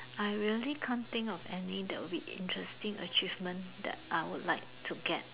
I really can't think of any that will be interesting achievement that I would like to get